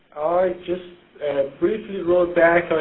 just and briefly wrote back.